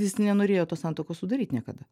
jis nenorėjo tos santuokos sudaryt niekada